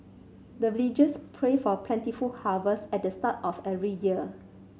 the villagers pray for plentiful harvest at the start of every year